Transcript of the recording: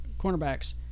cornerbacks